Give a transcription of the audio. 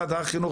משרד החינוך,